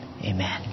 Amen